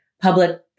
public